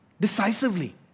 decisively